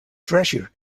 treasure